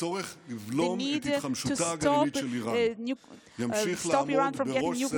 הצורך לבלום את התחמשותה הגרעינית של איראן ימשיך לעמוד בראש סדר